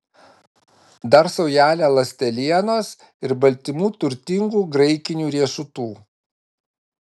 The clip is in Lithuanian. dar saujelę ląstelienos ir baltymų turtingų graikinių riešutų